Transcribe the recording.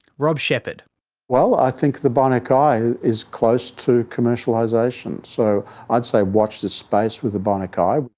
rob shepherd well, i think the bionic eye is close to commercialisation. so i'd say watch this space with the bionic eye.